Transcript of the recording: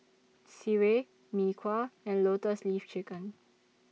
Sireh Mee Kuah and Lotus Leaf Chicken